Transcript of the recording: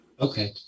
Okay